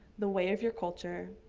the way of your culture,